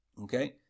okay